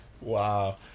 Wow